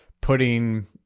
putting